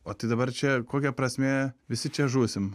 o tai dabar čia kokia prasmė visi čia žūsim